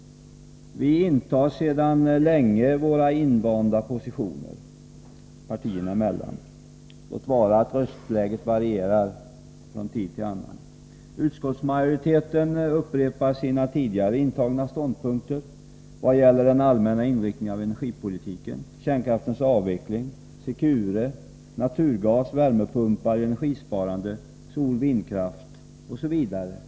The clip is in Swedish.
Vi intar sedan länge våra invanda positioner partierna emellan — låt vara att röstläget varierar från tid till annan. Utskottsmajoriteten upprepar sina tidigare intagna ståndpunkter i vad gäller den allmänna inriktningen av energipolitiken, kärnkraftens avveckling, Secure, naturgas, värmepumpar, energisparande, soloch vindkraft osv.